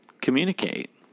communicate